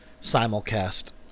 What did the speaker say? simulcast